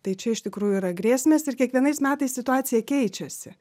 tai čia iš tikrųjų yra grėsmės ir kiekvienais metais situacija keičiasi